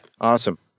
Awesome